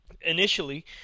initially